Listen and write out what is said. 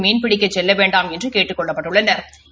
மீன்பிடிக்கச் செல்ல வேண்டாம் என்று கேட்டுக் கொள்ளப்பட்டுள்ளனா்